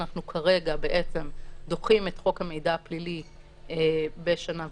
אנחנו כרגע בעצם דוחים את חוק המידע הפלילי בשנה וחצי,